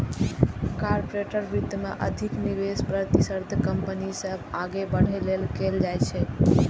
corporate वित्त मे अधिक निवेश प्रतिस्पर्धी कंपनी सं आगां बढ़ै लेल कैल जाइ छै